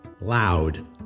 loud